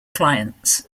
clients